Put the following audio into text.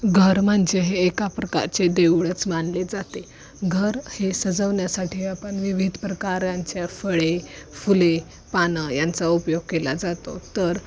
घर म्हणजे हे एका प्रकारचे देऊळच मानले जाते घर हे सजवण्यासाठी आपण विविध प्रकारांच्या फळे फुले पानं यांचा उपयोग केला जातो तर